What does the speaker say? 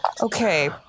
Okay